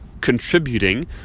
contributing